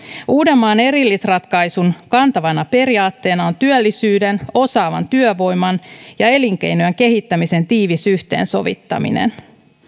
uudenmaan erillisratkaisun kantavana periaatteena on työllisyyden osaavan työvoiman ja elinkeinojen kehittämisen tiivis yhteensovittaminen